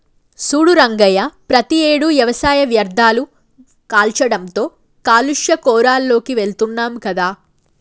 సూడు రంగయ్య ప్రతియేడు వ్యవసాయ వ్యర్ధాలు కాల్చడంతో కాలుష్య కోరాల్లోకి వెళుతున్నాం కదా